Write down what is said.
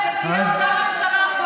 שתהיה אותה ממשלה,